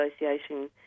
Association